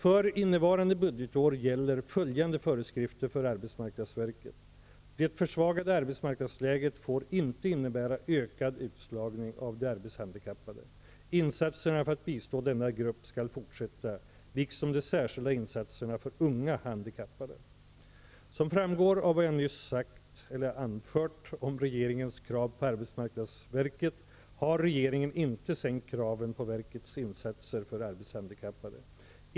För innevarande budgetår gäller följande föreskrifter för arbetsmarknadsverket: ''Det försvagade arbetsmarknadsläget får inte innebära ökad utslagning av de arbetshandikappade. Insatserna för att bistå denna grupp skall fortsätta liksom de särskilda insatserna för unga handikappade.'' Som framgår av vad jag nyss anfört om regeringens krav på arbetsmarknadsverket har regeringen inte sänkt kraven på verkets insatser för arbetshandikappade.